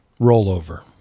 rollover